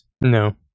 No